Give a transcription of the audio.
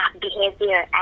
behavior